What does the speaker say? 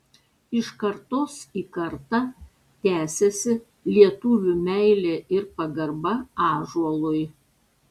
iš kartos į kartą tęsiasi lietuvių meilė ir pagarba ąžuolui